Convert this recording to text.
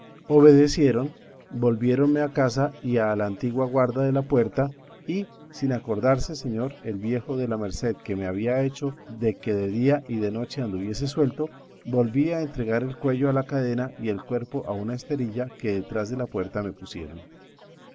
obedecieron volviéronme a casa y a la antigua guarda de la puerta y sin acordarse señor el viejo de la merced que me había hecho de que de día y de noche anduviese suelto volví a entregar el cuello a la cadena y el cuerpo a una esterilla que detrás de la puerta me pusieron